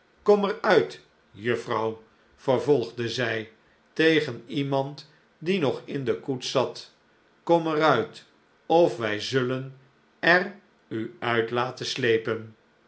kom eruit juffrouw vervolgde zij tegen iemand die nog in de koets zat kom er uit of wij zullen er u uit laten slepen